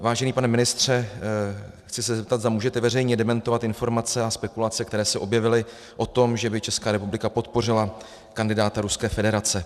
Vážený pane ministře, chci se zeptat, zda můžete veřejně dementovat informace a spekulace, které se objevily o tom, že by Česká republika podpořila kandidáta Ruské federace.